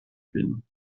kvin